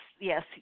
yes